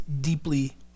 deeply